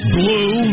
blue